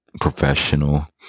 professional